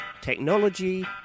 technology